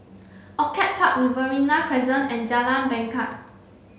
Orchid Park Riverina Crescent and Jalan Bangket